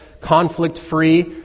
Conflict-free